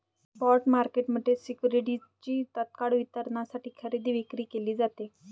spot market सिक्युरिटीजची तत्काळ वितरणासाठी खरेदी विक्री केली जाते